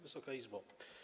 Wysoka Izbo!